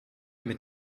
mit